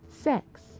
sex